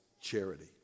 charity